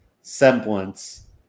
semblance